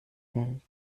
welt